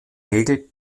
regel